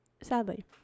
Sadly